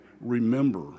remember